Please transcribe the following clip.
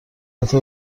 حتی